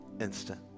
instant